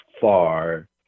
far